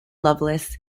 loveless